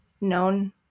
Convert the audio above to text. known